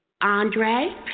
Andre